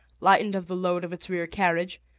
lightened of the load of its rear carriage,